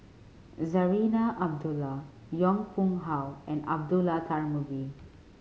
Zarinah Abdullah Yong Pung How and Abdullah Tarmugi